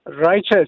righteous